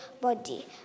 body